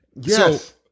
Yes